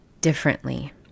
differently